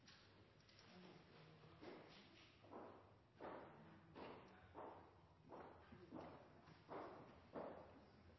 kan det